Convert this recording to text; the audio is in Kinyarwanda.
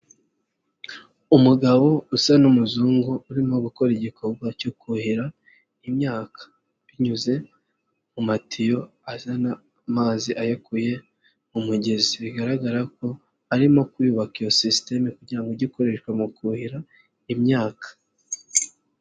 Umugabo usa n'umuzungu urimo gukora igikorwa cyo kuhira imyaka binyuze mu matiyo azana amazi ayakuye mu mugezi bigaragara ko arimo kuyubaka iyo sisiteme kugira ngo ige ikoreshwa mu kuhira imyaka.